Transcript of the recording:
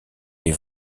les